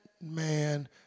man